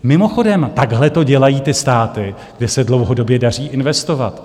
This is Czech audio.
Mimochodem, takhle to dělají ty státy, kde se dlouhodobě daří investovat.